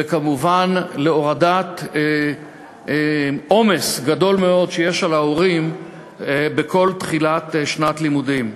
וכמובן להורדת עומס גדול מאוד שיש על ההורים בכל תחילת שנת לימודים.